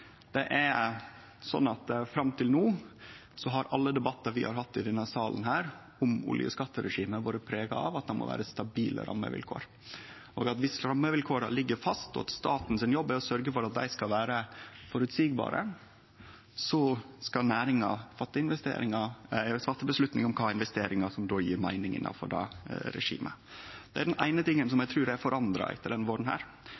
Fram til no har alle debattar vi har hatt i denne salen om oljeskatteregimet, vore prega av at det må vere stabile rammevilkår. Dersom rammevilkåra ligg fast, og staten sin jobb er å sørgje for at dei skal vere føreseielege, skal næringa fatte avgjerder om kva for investeringar som då gjev meining innanfor det regimet. Det er den eine tingen som eg trur er forandra etter denne våren.